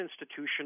institution